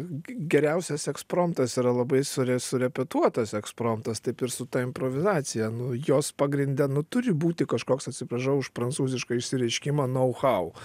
geriausias ekspromtas yra labai sure surepetuotas ekspromtas taip ir su ta improvizacija nu jos pagrinde nu turi būti kažkoks atsiprašau už prancūzišką išsireiškimą nau hau